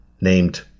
named